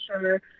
sure